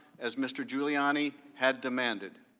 as mr. giuliani had demanded.